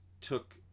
took